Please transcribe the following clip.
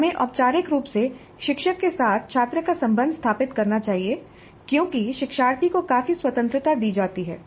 हमें औपचारिक रूप से शिक्षक के साथ छात्र का संबंध स्थापित करना चाहिए क्योंकि शिक्षार्थी को काफी स्वतंत्रता दी जाती है